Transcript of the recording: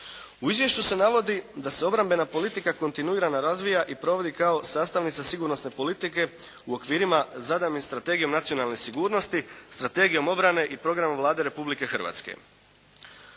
U izvješću se navodi da se obrambena politika kontinuirano razvija i provodi kao sastavnica sigurnosne politike u okvirima zadanim Strategijom nacionalne sigurnosti, Strategijom obrane i Programom Vlade Republike Hrvatske.